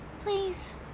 Please